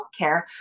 Healthcare